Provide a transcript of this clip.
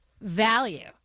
value